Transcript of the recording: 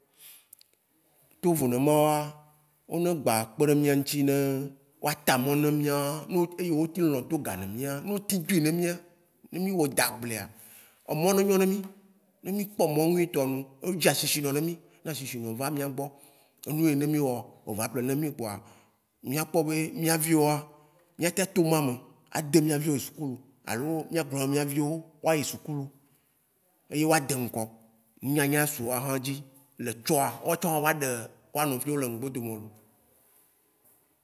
To vo ne maoa, o ne gba kpeɖe mía ŋtsi ne wa ta mɔ̃ ne mía- no- eye wo te le nɔ do ga nɛ mía no tĩŋ doe ne mie ne mí wɔ dagblea, emɔ̃ ne nyɔ na mí. Ne mí kpɔ mɔ̃ nyui tɔ nu o dzi ashishi nɔ na mí ne ashishi nɔ va mía gbɔ enu ye ne mí wɔ o va ƒle na mí kpɔa mía kpɔ be mía vi woa mía tɛn to ma me a de miavi wo yi sukulu alo mía kplɔ na mía vi wo wa yi sukulu, eye wa de ŋkɔ. Ŋunyãnyã wa su wa hã dzi. Le tsɔa, wa tsã wa va ɖe wa nɔvi wɔ le ŋgbodome lo.